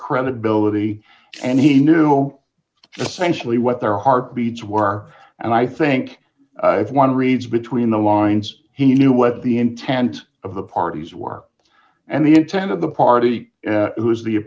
credibility and he knew essentially what their heartbeats were and i think if one reads between the lines he knew what the intent of the parties were and the intent of the party who is the